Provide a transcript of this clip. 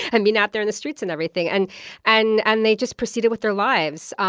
and being out there in the streets and everything. and and and they just proceeded with their lives, um